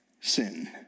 sin